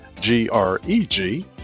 G-R-E-G